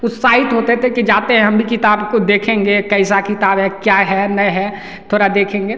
उत्साहित होते थे कि जाते हैं हम भी किताब को देखेंगे कैसा किताब है क्या है नहीं है थोड़ा देखेंगे